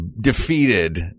defeated